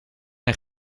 een